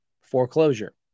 foreclosure